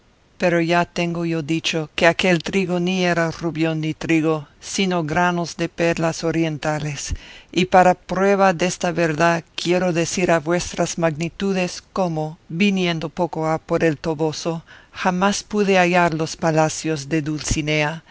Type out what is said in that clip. pero ya tengo yo dicho que aquel trigo ni era rubión ni trigo sino granos de perlas orientales y para prueba desta verdad quiero decir a vuestras magnitudes cómo viniendo poco ha por el toboso jamás pude hallar los palacios de dulcinea